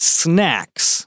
snacks